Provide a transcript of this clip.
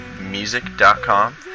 music.com